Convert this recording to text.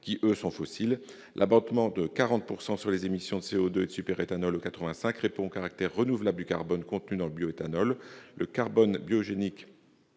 à eux, fossiles. L'abattement de 40 % sur les émissions de CO2 du superéthanol E85 répond au caractère renouvelable du carbone contenu dans le bioéthanol. Le carbone biogénique